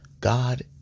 God